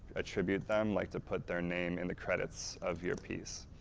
attribute them like to put their name in the credits of your piece.